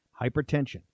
Hypertension